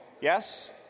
Yes